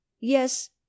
yes